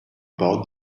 about